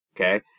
okay